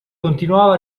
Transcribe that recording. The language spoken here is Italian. continuava